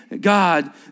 God